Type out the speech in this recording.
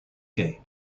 gate